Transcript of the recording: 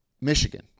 Michigan